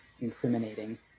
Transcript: incriminating